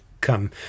come